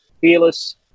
fearless